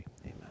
amen